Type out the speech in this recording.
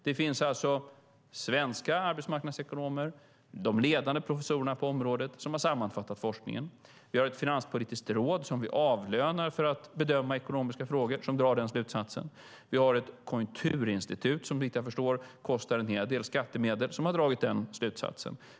Det finns således svenska arbetsmarknadsekonomer och de ledande professorerna på området som har sammanfattat forskningen. Vi har ett finanspolitiskt råd som vi avlönar för att bedöma ekonomiska frågor som drar den slutsatsen. Vi har ett konjunkturinstitut som, såvitt jag förstår, kostar en hel del skattemedel som har dragit den slutsatsen.